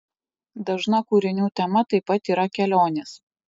dažna kūrinių tema taip pat yra kelionės